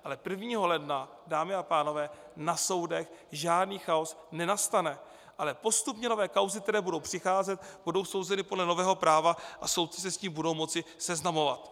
Ale 1. ledna, dámy a pánové, na soudech žádný chaos nenastane, ale postupně nové kauzy, které budou přicházet, budou souzeny podle nového práva a soudci se s tím budou moci seznamovat.